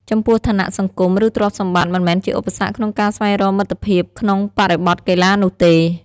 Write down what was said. ចំពោះ ឋានៈសង្គម ឬទ្រព្យសម្បត្តិមិនមែនជាឧបសគ្គក្នុងការស្វែងរកមិត្តភាពក្នុងបរិបថកីឡានោះទេ។